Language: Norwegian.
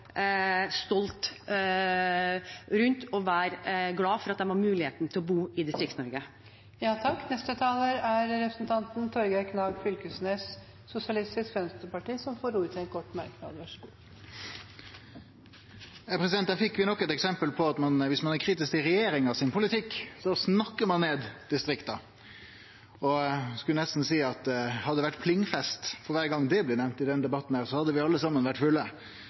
stolt rundt og være glade for at de har muligheten til å bo i Distrikts-Norge. Representanten Torgeir Knag Fylkesnes har hatt ordet to ganger tidligere i debatten og får ordet til en kort merknad, begrenset til 1 minutt. Der fekk vi nok eit eksempel på at viss ein er kritisk til politikken til regjeringa, snakkar ein ned distrikta. Eg kunne nesten ha sagt at hadde det vore pling-fest for kvar gong det har blitt nemnt i denne debatten, hadde vi alle saman vore fulle.